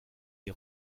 les